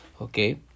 okay